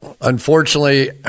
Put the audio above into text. unfortunately